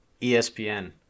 ESPN